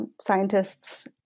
scientists